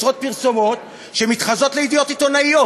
עשרות פרסומות שמתחזות לידיעות עיתונאיות.